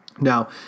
Now